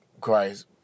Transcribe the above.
Christ